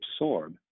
absorb